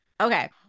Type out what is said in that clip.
okay